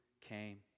came